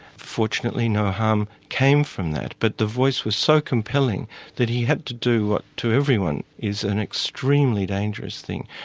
fortunately no harm came from that but the voice was so compelling that he had to do what to everyone is an extremely dangerous thing.